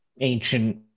ancient